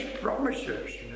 promises